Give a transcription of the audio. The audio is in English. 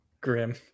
Grim